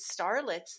starlets